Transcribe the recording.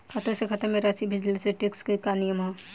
खाता से खाता में राशि भेजला से टेक्स के का नियम ह?